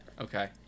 Okay